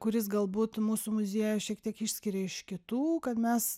kuris galbūt mūsų muziejų šiek tiek išskiria iš kitų kad mes